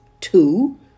two